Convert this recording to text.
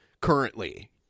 currently